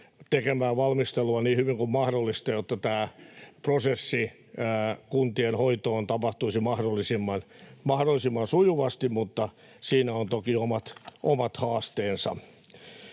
tekemään valmistelua niin hyvin kuin mahdollista, jotta tämä prosessi kuntien hoitoon tapahtuisi mahdollisimman sujuvasti, mutta siinä on toki omat haasteensa.